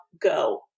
go